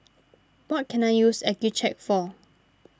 what can I use Accucheck for